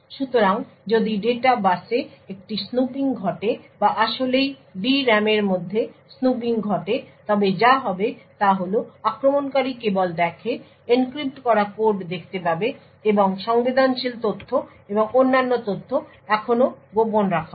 সুতরাং যদি ডেটা বাসে একটি স্নুপিং ঘটে বা আসলেই D RAM এর মধ্যে স্নুপিং ঘটে তবে যা হবে তা হল আক্রমণকারী কেবল দেখে এনক্রিপ্ট করা কোড দেখতে পাবে এবং সংবেদনশীল তথ্য এবং অন্যান্য তথ্য এখনও গোপন রাখা হয়